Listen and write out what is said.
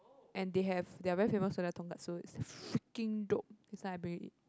and they have they are very famous for their tonkatsu it's freaking dope next time I bring you eat